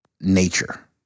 nature